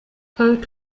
poet